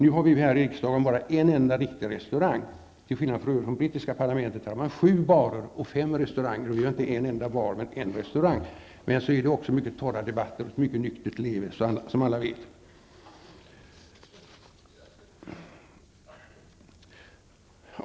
Nu har vi här i riksdagen bara en restaurang, till skillnad från det brittiska parlamentet, där man har fem restauranger och sju barer -- vi har inte en enda bar. Sedan är det också mycket torra debatter och ett mycket nyktert leverne här, som alla vet.